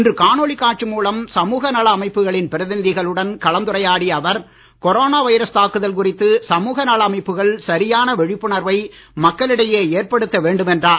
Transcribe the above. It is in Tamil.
இன்று காணொளி காட்சி மூலம் சமூக நல அமைப்புகளின் பிரதிநிதிகளுடன் கலந்துரையாடிய அவர் கொரோனா வைரஸ் தாக்குதல் குறித்து சமூக நல அமைப்புகள் சரியான விழிப்புணர்வை மக்களிடையே ஏற்படுத்த வேண்டும் என்றார்